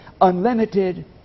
Unlimited